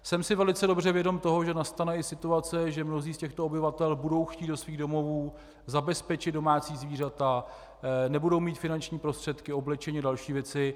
Jsem si velice dobře vědom toho, že nastane i situace, že mnozí z těchto obyvatel budou chtít do svých domovů zabezpečit domácí zvířata, nebudou mít finanční prostředky, oblečení a další věci.